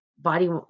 body